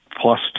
Plus